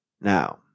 Now